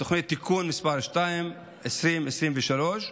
(תיקון מס' 2), 2023,